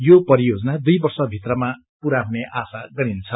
यो परियोजना दुई वर्ष भित्रमा पूरा हुने आशा गरिन्छ